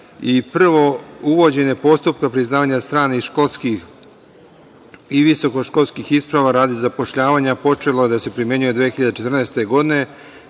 Prvo uvođenje postupnog priznavanja stranih školskih i visokoškolskih isprava radi zapošljavanja počelo da se primenjuje 2014. godine,